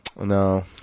No